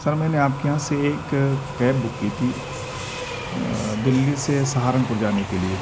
سر میں نے آپ کے یہاں سے ایک کیب بک کی تھی دلّی سے سہارنپور جانے کے لیے